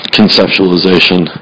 conceptualization